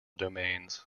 domains